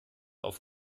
auf